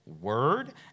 Word